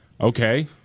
okay